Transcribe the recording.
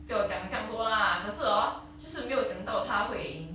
不要讲酱多 lah 可是 hor 就是没有想到他会